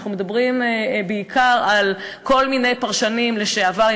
אנחנו מדברים בעיקר על כל מיני פרשנים "לשעברים".